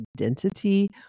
identity